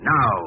Now